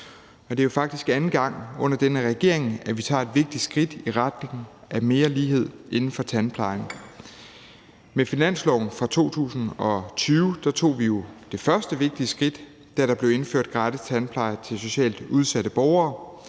Det er faktisk anden gang under den her regering, at vi tager et vigtigt skridt i retning af mere lighed inden for tandplejen. Med finansloven for 2020 tog vi det første vigtige skridt, da der blev indført gratis tandpleje til socialt udsatte borgere,